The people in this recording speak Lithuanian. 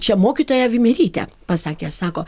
čia mokytoja vimerytė pasakė sako